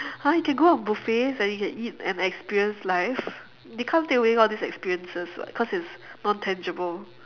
!huh! you can go on buffets and you can eat and experience life they can't take away all these experiences [what] cause it's non tangible